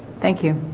thank you